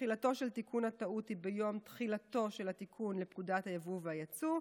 תחילתו של תיקון הטעות היא ביום תחילתו של התיקון לפקודת היבוא והיצוא,